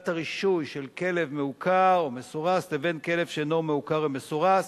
הרישוי של כלב מעוקר או מסורס לבין כלב שאינו מעוקר ומסורס,